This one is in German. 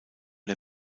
der